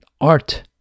art